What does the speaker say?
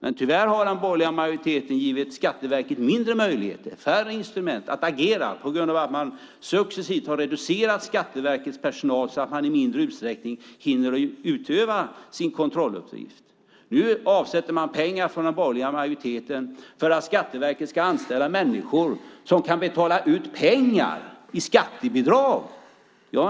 Men tyvärr har den borgerliga majoriteten givit Skatteverket mindre möjligheter att agera och färre instrument, genom att man successivt har reducerat Skatteverkets personal, så att den i mindre utsträckning hinner utöva sin kontrolluppgift. Nu avsätter man pengar från den borgerliga majoriteten för att Skatteverket ska anställa människor som kan betala ut pengar i skattebidrag.